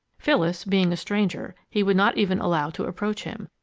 phyllis, being a stranger, he would not even allow to approach him,